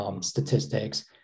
statistics